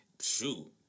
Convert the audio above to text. Shoot